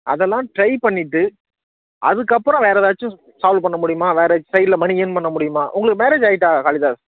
அதெல்லாம் ட்ரை பண்ணிட்டு அதுக்கப்புறம் வேற ஏதாச்சும் சால்வ் பண்ண முடியுமா வேற சைட்ல மணி ஏர்ன் பண்ண முடியுமா உங்களுக்கு மேரேஜ் ஆகிட்டா காளிதாஸ்